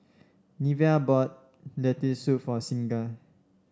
Neva bought Lentil Soup for Signa